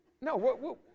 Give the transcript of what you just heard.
No